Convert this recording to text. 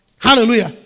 Hallelujah